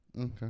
Okay